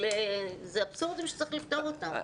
אבל זה אבסורדים שצריך לפתור אותם.